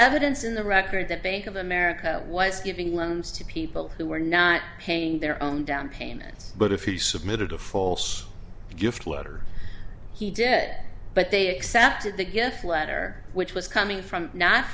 evidence in the record that bank of america was giving loans to people who were not paying their own down payments but if he submitted a false gift letter he did but they accepted the gift letter which was coming from not